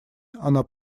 она